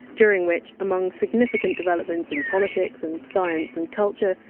during which, amongst significant developments in politics and science and culture,